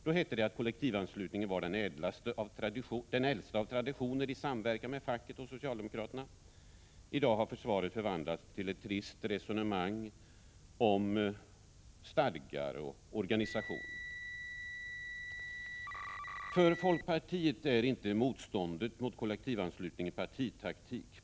Då hette det att kollektivanslutningen var den äldsta av traditioner i samverkan mellan facket och socialdemokraterna. I dag har försvaret förvandlats till ett trist resonemang om stadgar och organisation. För folkpartiet är inte motståndet mot kollektivanslutningen partitaktik.